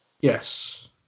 Yes